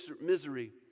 misery